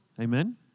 Amen